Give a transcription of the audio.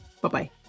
Bye-bye